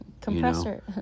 compressor